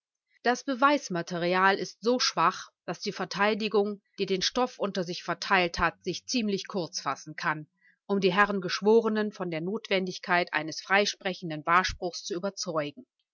das beweismaterial ist so schwach daß die verteidigung die den stoff unter sich verteilt hat sich ziemlich kurz fassen kann um die herren geschworenen von der notwendigkeit eines freisprechenden wahrspruchs zu überzeugen